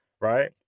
right